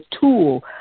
tool